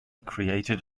created